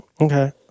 okay